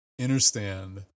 understand